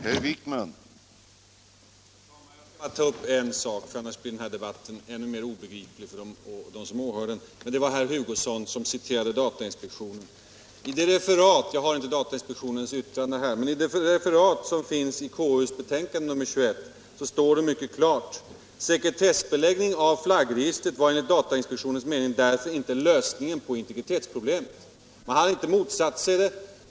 Herr talman! Jag skall bara ta upp en sak. Annars blir den här debatten ännu mer obegriplig för dem som åhör den. Herr Hugosson citerade datainspektionens yttrande. Jag har inte det yttrandet här, men i det referat som finns i KU:s betänkande nr 21 står det mycket klart: ”Sekretessbeläggning av flaggregistret var enligt datainspektionens mening därför inte lösningen på integritetsproblemet.” Man hade inte motsatt sig det.